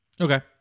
Okay